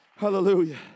Hallelujah